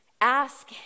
Ask